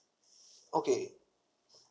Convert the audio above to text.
okay